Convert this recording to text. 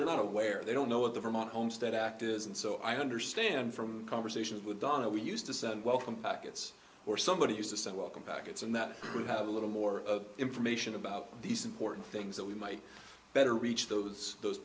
they're not aware they don't know what the vermont homestead act is and so i understand from conversations with donna we used to send welcome packets or somebody used to say welcome packets and that we have a little more information about these important things that we might better reach those those